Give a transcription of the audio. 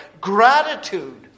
gratitude